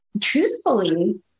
truthfully